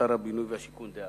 שר הבינוי והשיכון דאז.